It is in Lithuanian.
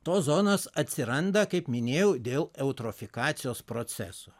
tos zonos atsiranda kaip minėjau dėl eutrofikacijos proceso